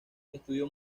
estudió